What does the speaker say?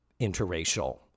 Interracial